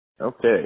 Okay